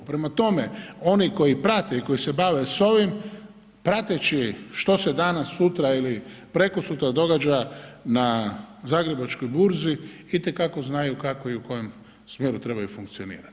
Prema tome, oni koji prate i koji se bave s ovim prateći što se danas, sutra ili prekosutra događa na zagrebačkoj burzi i te kako znaju kako i u kojem smjeru trebaju funkcionirati.